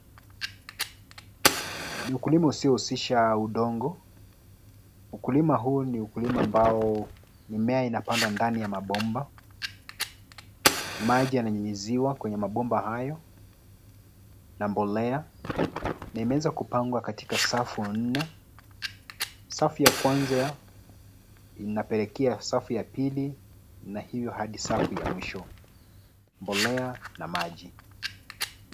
Ni ukulima usiohusisha udongo. Ukulima huu ni ukulima ambao, mimea inapandwa ndani ya mabomba. Maji yananyunyuziwa kwenye mabomba hayo, na mbolea, na imeeza kupangwa katika safu nne. Safu ya kwanza, inapelekea safu ya pili na hivyo hadi safu ya mwisho. Mbolea na maji.